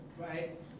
right